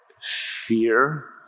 fear